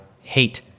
hate